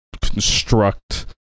construct